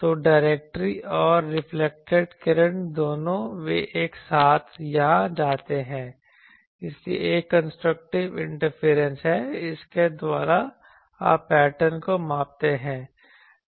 तो डायरेक्टरी और रिफ्लेक्टेड किरण दोनों वे एक साथ यहां जाते हैं इसलिए एक कंस्ट्रक्टिव इंटरफेरेंस है और इसके द्वारा आप पैटर्न को मापते हैं